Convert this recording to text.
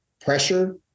pressure